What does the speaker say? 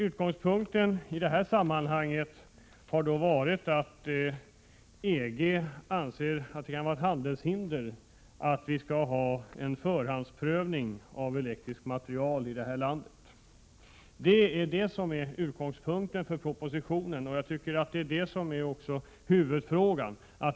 Utgångspunkten här har varit att EG anser att det kan vara ett handelshinder att vi har förhandsprovning av elektrisk materiel i det här landet. Det är utgångspunkten för propositionen, och det är huvudfrågan.